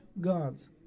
gods